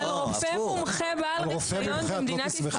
על רופא מומחה את לא תסמכי?